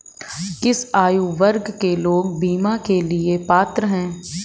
किस आयु वर्ग के लोग बीमा के लिए पात्र हैं?